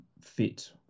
fit